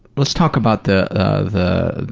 let's talk about the ah the